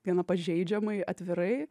gana pažeidžiamai atvirai